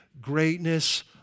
greatness